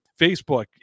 Facebook